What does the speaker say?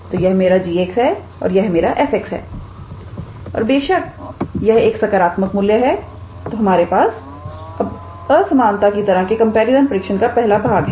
तो यह मेरा g है और यह मेरा f है और बेशक यह एक सकारात्मक मूल्य है तो हमारे पास अब असमानता की तरह के कंपैरिजन परीक्षण का पहला भाग है